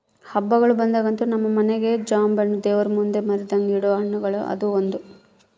ಹಬ್ಬಗಳು ಬಂದಾಗಂತೂ ನಮ್ಮ ಮನೆಗ ಜಾಂಬೆಣ್ಣು ದೇವರಮುಂದೆ ಮರೆದಂಗ ಇಡೊ ಹಣ್ಣುಗಳುಗ ಅದು ಒಂದು